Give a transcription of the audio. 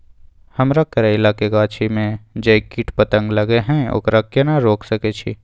हमरा करैला के गाछी में जै कीट पतंग लगे हैं ओकरा केना रोक सके छी?